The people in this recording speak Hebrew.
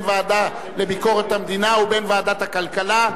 הוועדה לביקורת המדינה לוועדת הכלכלה,